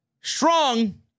Strong